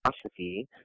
philosophy